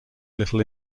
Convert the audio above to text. little